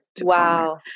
Wow